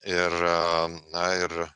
ir na ir